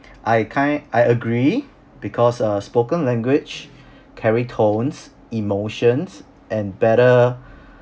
I kind I agree because uh spoken language carry tones emotions and better